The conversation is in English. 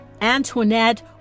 Antoinette